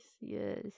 yes